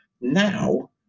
Now